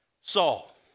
Saul